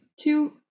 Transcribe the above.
Two